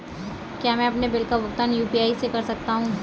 क्या मैं अपने बिल का भुगतान यू.पी.आई से कर सकता हूँ?